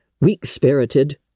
weak-spirited